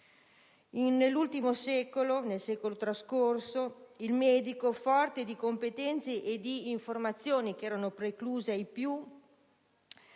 Nel secolo trascorso, il medico, forte di competenze e di informazioni che erano precluse ai più,